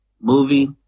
movie